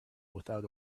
without